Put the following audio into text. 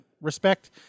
respect